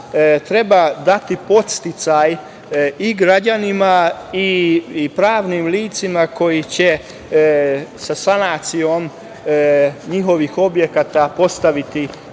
treba dati podsticaj i građanima i pravnim licima koja će sa sanacijom njihovih objekata postaviti